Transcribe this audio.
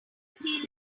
sea